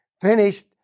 finished